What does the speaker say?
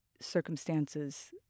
circumstances